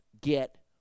get